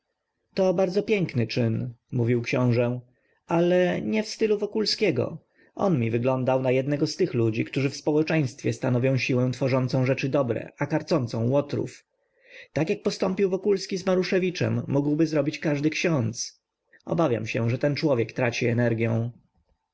to bardzo piękny czyn mówił książe ale nie w stylu wokulskiego on mi wyglądał na jednego z tych ludzi którzy w społeczeństwie stanowią siłę tworzącą rzeczy dobre a karcącą łotrów tak jak postąpił wokulski z maruszewiczem mógłby zrobić każdy ksiądz obawiam się że ten człowiek traci energią